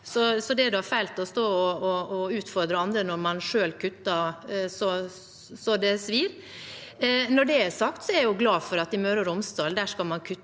Det er fælt å stå og utfordre andre når man selv kutter så det svir. Når det er sagt, er jeg glad for at man i Møre og Romsdal skal kutte